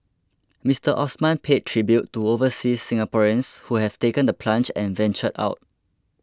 Mister Osman paid tribute to overseas Singaporeans who have taken the plunge and ventured out